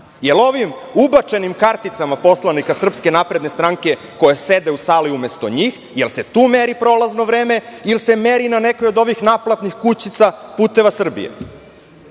Jel ovim ubačenim karticama poslanika SNS koja sede u sali umesto njih? Jel se tu meri prolazno vreme, ili se meri na nekoj od ovih naplatnih kućica "Puteva Srbije".